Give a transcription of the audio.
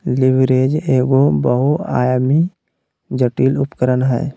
leverage एगो बहुआयामी, जटिल उपकरण हय